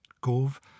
Gove